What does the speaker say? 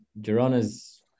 Girona's